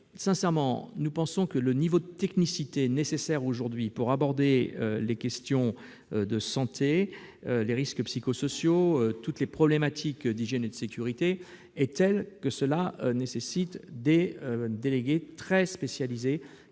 sincèrement, nous pensons que le niveau de technicité nécessaire aujourd'hui pour aborder les questions de santé, les risques psychosociaux et toutes les problématiques d'hygiène et de sécurité est tel qu'il nécessite des délégués très spécialisés.